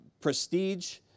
prestige